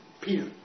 Peter